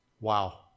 Wow